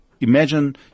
Imagine